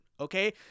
okay